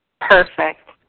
Perfect